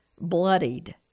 bloodied